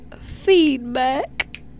feedback